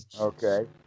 Okay